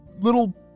little